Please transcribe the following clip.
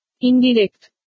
Indirect